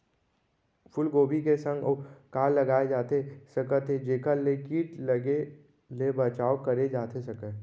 फूलगोभी के संग अऊ का लगाए जाथे सकत हे जेखर ले किट लगे ले बचाव करे जाथे सकय?